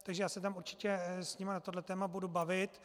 Takže já se tam určitě s nimi na toto téma budu bavit.